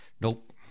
Nope